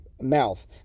mouth